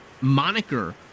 moniker